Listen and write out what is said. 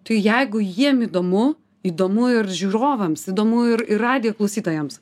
tai jeigu jiem įdomu įdomu ir žiūrovams įdomu ir ir radijo klausytojams